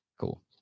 Cool